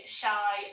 shy